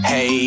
Hey